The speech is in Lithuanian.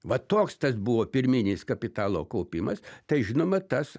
va toks tas buvo pirminis kapitalo kaupimas tai žinoma tas